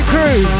Crew